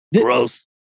Gross